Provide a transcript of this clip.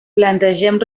plantegem